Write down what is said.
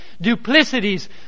duplicities